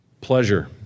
pleasure